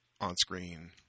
on-screen